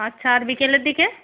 আচ্ছা আর বিকেলের দিকে